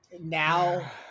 now